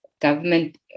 government